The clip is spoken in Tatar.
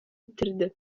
үтерде